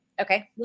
Okay